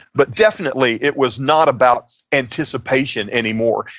but definitely, it was not about anticipation anymore.